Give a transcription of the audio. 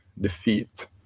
defeat